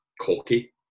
cocky